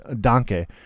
donkey